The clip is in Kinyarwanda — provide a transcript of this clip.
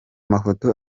mafoto